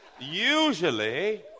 Usually